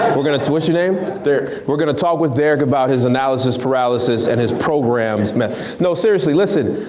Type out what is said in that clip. we're gonna, watch your name? derek. we're gonna talk with derek about his analysis paralysis and his programs, no seriously listen.